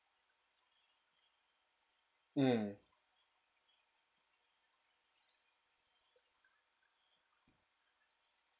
mm